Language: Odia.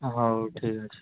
ହଉ ଠିକ୍ ଅଛି